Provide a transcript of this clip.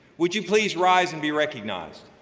would you please rise and be recognized?